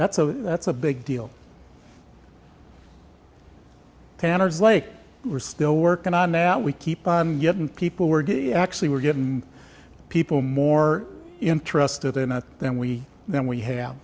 that's a that's a big deal tanners like we're still working on that we keep getting people were gay actually we're getting people more interested in it then we then we have